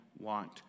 want